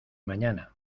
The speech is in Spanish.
mañana